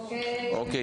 אביגדור,